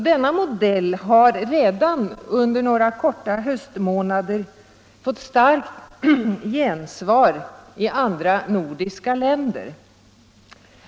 Denna modell har redan under några korta 11 december 1975 höstmånader fått starkt gensvar i andra nordiska länder.